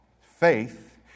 Faith